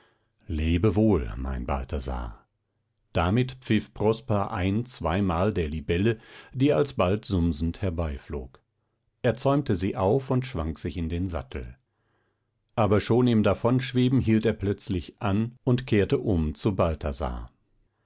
lebe wohl mein balthasar damit pfiff prosper ein zweimal der libelle die alsbald sumsend herbeiflog er zäumte sie auf und schwang sich in den sattel aber schon im davonschweben hielt er plötzlich an und kehrte um zu balthasar